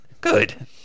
Good